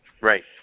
Right